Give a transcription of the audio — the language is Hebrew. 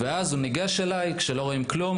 אז הוא ניגש אליי כשלא רואים כלום,